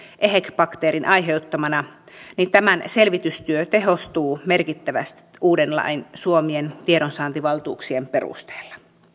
ehec bakteerin aiheuttamana selvitystyö tehostuu merkittävästi uuden lain suomien tiedonsaantivaltuuksien perusteella